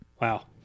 Wow